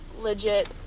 legit